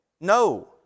No